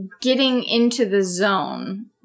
getting-into-the-zone